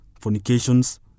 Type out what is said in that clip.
fornications